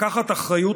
לקחת אחריות,